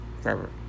forever